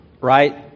right